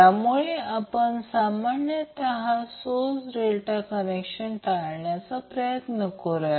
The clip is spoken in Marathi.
त्यामुळे आपण सामान्यतः सोर्स डेल्टा कनेक्शन टाळण्याचा प्रयत्न करतो